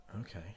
Okay